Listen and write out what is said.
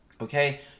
okay